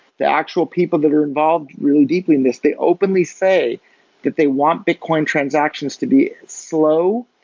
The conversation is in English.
the actual people that are involved really deeply in this, they openly say that they want bitcoin transactions to be slow,